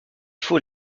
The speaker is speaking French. faut